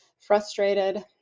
frustrated